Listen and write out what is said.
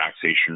taxation